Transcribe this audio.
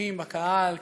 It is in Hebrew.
אורחים בקהל,